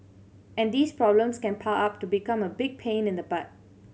and these problems can pile up to become a big pain in the butt